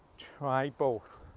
try both.